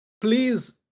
please